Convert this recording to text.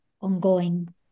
ongoing